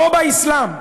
לא באסלאם.